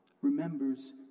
remembers